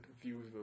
view